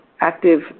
active